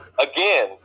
Again